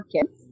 kids